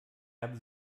habe